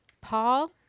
Paul